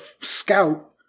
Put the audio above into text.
scout